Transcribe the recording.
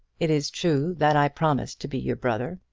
it is true that i promised to be your brother,